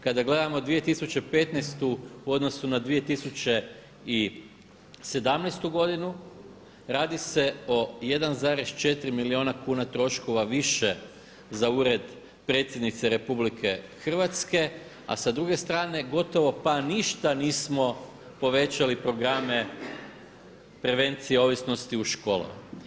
Kada gledamo 2015. u odnosu na 2017. godinu radi se o 1,4 milijuna kuna troškova više za Ured predsjednice RH a sa druge strane gotovo pa ništa nismo povećali programe prevencije ovisnosti u školama.